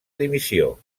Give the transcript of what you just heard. dimissió